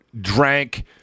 drank